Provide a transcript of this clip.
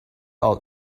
old